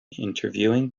interviewing